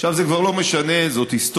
עכשיו זה כבר לא משנה, זאת היסטוריה.